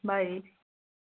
bye